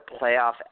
playoff